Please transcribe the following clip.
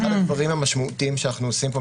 אחד הדברים המשמעותיים שאנחנו עושים פה,